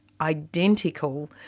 identical